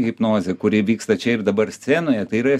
hipnozė kuri vyksta čia ir dabar scenoje tai yra